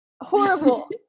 horrible